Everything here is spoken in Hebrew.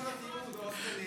בהוסטלים.